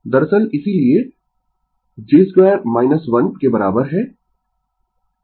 दरअसल इसीलिये j 2 1 के बराबर है